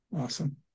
Awesome